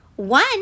One